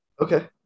Okay